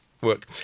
work